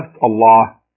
Allah